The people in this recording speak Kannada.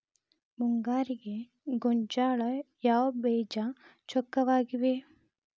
ಮುಂಗಾರಿಗೆ ಗೋಂಜಾಳ ಯಾವ ಬೇಜ ಚೊಕ್ಕವಾಗಿವೆ?